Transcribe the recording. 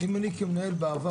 אם אני כמנהל בעבר,